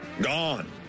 Gone